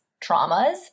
traumas